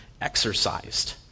exercised